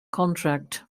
contract